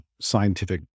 scientific